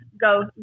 go